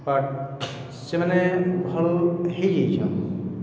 but ସେମାନେ ଭଲ୍ ହେଇଯାଇଛନ୍